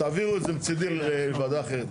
תעבירו את זה מצידי לוועדה אחרת.